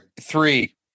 three